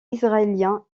israélien